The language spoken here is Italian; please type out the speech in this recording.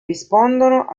rispondono